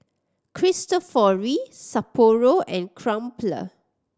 Cristofori Sapporo and Crumpler